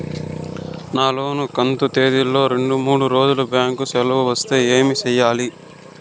నా లోను కంతు తేదీల లో రెండు మూడు రోజులు బ్యాంకు సెలవులు వస్తే ఏమి సెయ్యాలి?